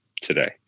today